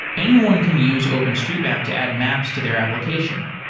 anyone can use openstreetmap to add maps to their application.